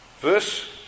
Verse